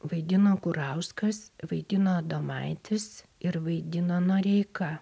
vaidino kurauskas vaidino adomaitis ir vaidino noreika